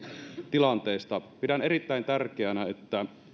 tilanteesta pidän erittäin tärkeänä että